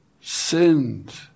sinned